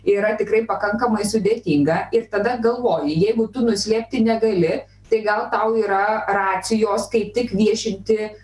yra tikrai pakankamai sudėtinga ir tada galvoji jeigu tu nuslėpti negali tai gal tau yra racijos kai tik viešinti